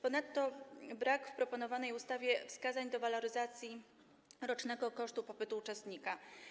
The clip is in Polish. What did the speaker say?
Ponadto brak w proponowanej ustawie wskazań do waloryzacji rocznego kosztu pobytu uczestnika.